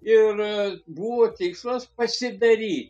ir buvo tikslas pasidaryt